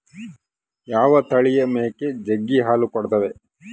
ಯಾವ ತಳಿಯ ಮೇಕೆ ಜಗ್ಗಿ ಹಾಲು ಕೊಡ್ತಾವ?